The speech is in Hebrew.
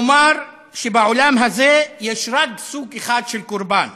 לומר שבעולם הזה יש רק סוג אחד של קורבן,